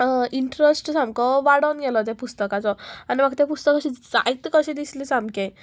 interest सामको वाडोन गेलो त्या पुस्तकाचो आनी म्हाका तें पुस्तक अशें जायते कशें दिसलें सामकें